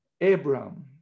Abraham